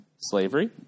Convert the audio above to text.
slavery